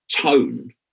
tone